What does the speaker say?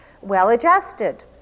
well-adjusted